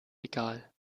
egal